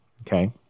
okay